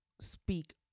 speak